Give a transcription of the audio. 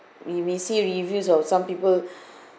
we may see reviews of some people